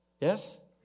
yes